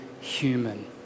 human